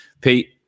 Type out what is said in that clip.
Pete